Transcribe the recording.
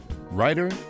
writer